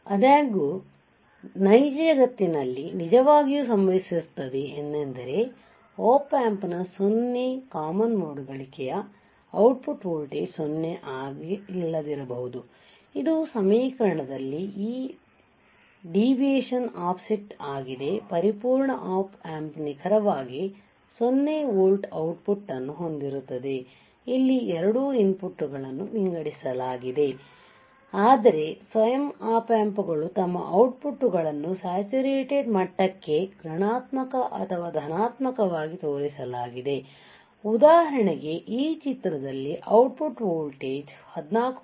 ಆದಾಗ್ಯೂ ನೈಜ ಜಗತ್ತಿನಲ್ಲಿ ನಿಜವಾಗಿಯೂ ಸಂಭವಿಸುತ್ತದೆ ಏನೆಂದರೆ Op Amp ನ 0 ಕಾಮನ್ ಮೋಡ್ ಗಳಿಕೆಯ ಔಟ್ಪುಟ್ ವೋಲ್ಟೇಜ್ 0 ಆಗಿಲ್ಲದಿರಬಹುದು ಇದು ಸಮೀಕರಣದಲ್ಲಿ ಈ ವಿಚಲನವು ಆಫ್ಸೆಟ್ ಆಗಿದೆ ಪರಿಪೂರ್ಣ Op Amp ನಿಖರವಾಗಿ 0 ವೋಲ್ಟ್ ಔಟ್ಪುಟ್ ಅನ್ನು ಹೊಂದಿರುತ್ತದೆ ಇಲ್ಲಿ ಎರಡೂ ಇನ್ಪುಟ್ಗಳನ್ನು ವಿಂಗಡಿಸಲಾಗಿದೆ ಆದರೆ ಸ್ವಯಂ ಆಪ್ ಆಂಪ್ಸ್ಗಳು ತಮ್ಮ ಔಟ್ಪುಟ್ಗಳನ್ನು ಸ್ಯಾಚುರೇಟೆಡ್ ಮಟ್ಟಕ್ಕೆ ಋಣಾತ್ಮಕ ಅಥವಾ ಧನಾತ್ಮವಾಗಿ ತೋರಿಸಲಾಗಿದೆ ಉದಾಹರಣೆಗೆ ಈ ಚಿತ್ರದಲ್ಲಿ ಔಟ್ಪುಟ್ ವೋಲ್ಟೇಜ್ 14